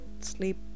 sleep